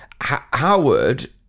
howard